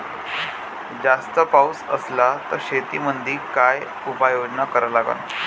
जास्त पाऊस असला त शेतीमंदी काय उपाययोजना करा लागन?